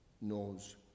knows